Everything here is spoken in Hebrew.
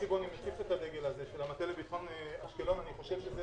הנושא לביטחון אשקלון אני חושב שזה